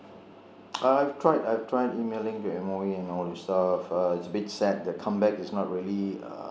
uh I've tried I've tried emailing the M_O_E and all these stuff uh it's a bit sad their comeback is not really uh